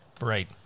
Right